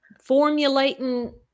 formulating